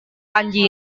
kanji